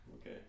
Okay